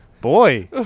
boy